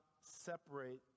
separate